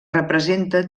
representa